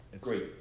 Great